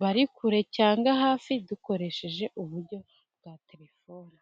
bari kure, cyangwa hafi dukoresheje uburyo bwa telefoni.